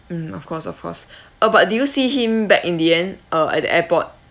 mm of course of course uh but did you see him back in the end uh at the airport